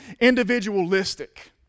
individualistic